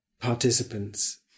participants